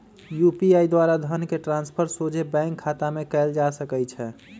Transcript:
UPI द्वारा धन के ट्रांसफर सोझे बैंक खतामें कयल जा सकइ छै